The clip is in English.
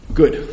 good